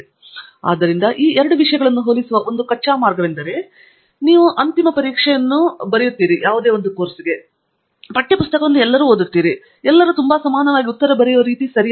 professor Andrew Thangaraj ಆದ್ದರಿಂದ ಈ ಎರಡು ವಿಷಯಗಳನ್ನು ಹೋಲಿಸುವ ಒಂದು ಕಚ್ಚಾ ಮಾರ್ಗವೆಂದರೆ ನೀವು ಅಂತಿಮ ಪರೀಕ್ಷೆಯನ್ನು ಬರೆಯುವ ವರ್ಗವೊಂದರ ವಿಷಯದ ಕೊನೆಯಲ್ಲಿ ಒಂದು ಕೋರ್ಸ್ಗೆ ಅಂತಿಮ ಪರೀಕ್ಷೆಯನ್ನು ನಡೆಸಿದರೆ ಎಲ್ಲರೂ ತುಂಬಾ ಸಮಾನವಾಗಿ ಉತ್ತರ ಬರೆಯುವ ರೀತಿ ಸರಿ